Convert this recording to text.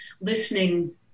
listening